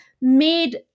made